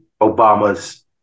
Obama's